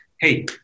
hey